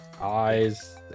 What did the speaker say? eyes